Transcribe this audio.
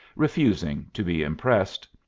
refusing to be impressed,